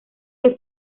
que